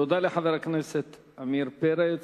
תודה לחבר הכנסת עמיר פרץ.